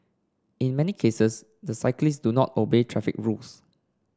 in many cases the cyclists do not obey traffic rules